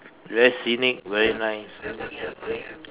very scenic very nice